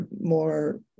more